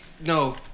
no